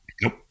Nope